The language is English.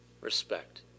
Respect